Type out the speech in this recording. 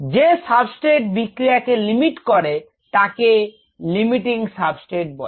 যে সাবস্টেট বিক্রিয়াকে লিমিট করে তাকে লিমিটিং সাবস্টেট বলে